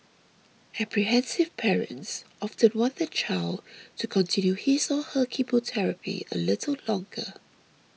apprehensive parents often want their child to continue his or her chemotherapy a little longer